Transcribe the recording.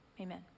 amen